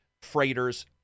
freighters